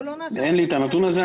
אין לי את הנתון הזה.